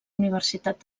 universitat